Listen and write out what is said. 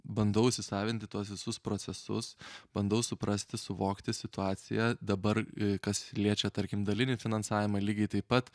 bandau įsisavinti tuos visus procesus bandau suprasti suvokti situaciją dabar kas liečia tarkim dalinį finansavimą lygiai taip pat